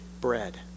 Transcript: bread